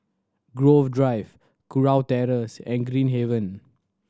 Grove Drive Kurau Terrace and Green Haven